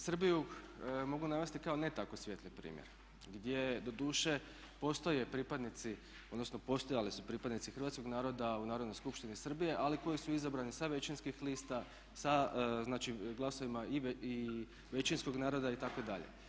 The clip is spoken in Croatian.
Srbiju mogu navesti kao ne tako svijetli primjer gdje doduše postoje pripadnici, odnosno postojali su pripadnici hrvatskog naroda u Narodnoj skupštini Srbije ali koji su izabrani sa većinskih lista, znači glasovima i većinskog naroda itd.